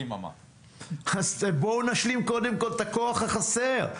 אז בוא נשלים קודם כול את הכוח החסר.